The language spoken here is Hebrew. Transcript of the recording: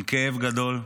עם כאב גדול.